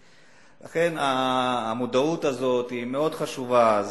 לכן, המודעות הזו היא מאוד חשובה.